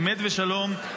אמת ושלום.